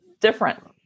different